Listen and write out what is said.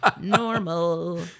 Normal